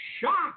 shocked